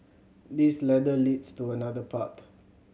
this ladder leads to another path